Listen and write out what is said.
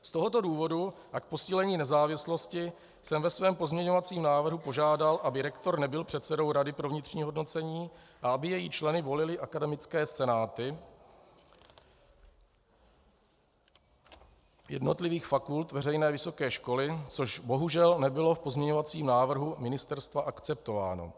Z tohoto důvodu a k posílení nezávislosti jsem ve svém pozměňovacím návrhu požádal, aby rektor nebyl předsedou rady pro vnitřní hodnocení a aby její členy volily akademické senáty jednotlivých fakult veřejné vysoké školy, což bohužel nebylo v pozměňovacím návrhu ministerstva akceptováno.